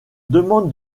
demande